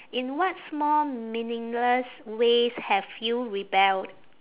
in what small meaningless ways have you rebelled